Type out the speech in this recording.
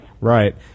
Right